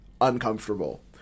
uncomfortable